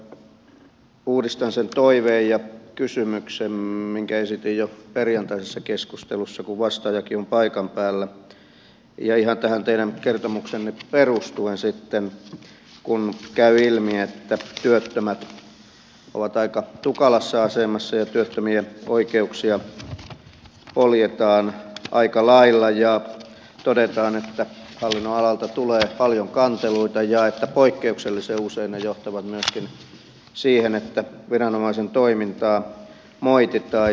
uudistan sen toiveen ja kysymyksen minkä esitin jo perjantaisessa keskustelussa kun vastaajakin on paikan päällä ihan tähän teidän kertomukseenne perustuen kun käy ilmi että työttömät ovat aika tukalassa asemassa ja työttömien oikeuksia poljetaan aika lailla ja todetaan että hallinnonalalta tulee paljon kanteluita ja että poikkeuksellisen usein ne johtavat myöskin siihen että viranomaisen toimintaa moititaan